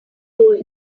old